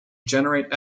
generate